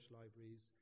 libraries